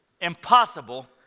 impossible